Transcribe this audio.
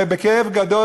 בכאב גדול,